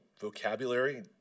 vocabulary